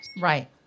Right